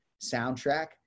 soundtrack